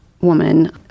woman